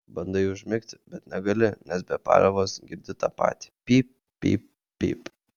bandai užmigti bet negali nes be paliovos girdi tą patį pyp pyp pyp